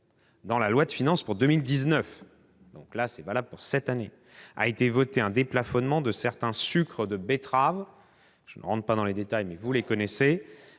dans la loi de finances pour 2019- c'est valable pour cette année -, a été voté le déplafonnement de certains sucres de betterave- je n'entre pas dans les détails, mais vous les connaissez